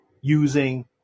using